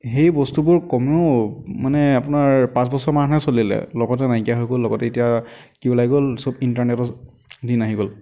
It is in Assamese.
সেই বস্তুবোৰ কমেও মানে আপোনাৰ পাঁচ বছৰমানহে চলিলে লগতে নাইকিয়া হৈ গ'ল লগতে এতিয়া কি ওলাই গ'ল সব ইণ্টাৰনেটৰ দিন আহি গ'ল